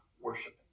worshiping